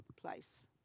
place